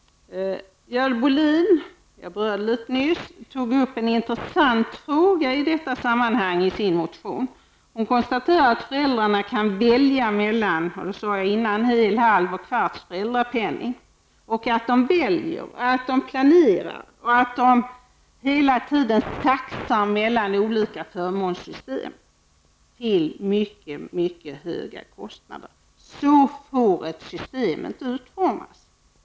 Görel Bohlin tog upp en intressant fråga i detta sammanhang. Hon konstaterar att föräldrarna kan välja mellan hel, halv och kvarts föräldrapenning. De väljer, planerar och saxar hela tiden till mycket höga kostnader mellan olika förmånssystem. Så får inte ett system utformas.